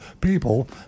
people